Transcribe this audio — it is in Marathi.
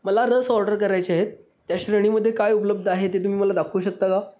मला रस ऑर्डर करायचे आहेत त्या श्रेणीमध्ये काय उपलब्ध आहे ते तुम्ही मला दाखवू शकता का